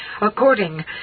according